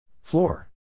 Floor